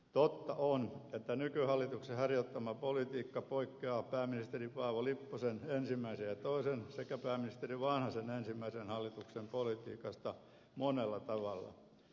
totta on että nykyhallituksen harjoittama politiikka poikkeaa pääministeri paavo lipposen ensimmäisen ja toisen sekä pääministeri vanhasen ensimmäisen hallituksen politiikasta monella tavalla